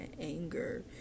anger